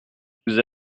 vous